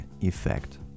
effect